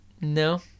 no